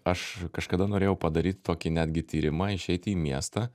aš kažkada norėjau padaryti tokį netgi tyrimą išeiti į miestą